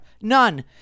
None